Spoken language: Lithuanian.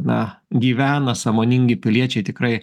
na gyvena sąmoningi piliečiai tikrai